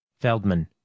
Feldman